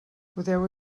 podeu